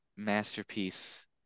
Masterpiece